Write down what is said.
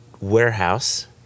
warehouse